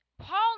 Paul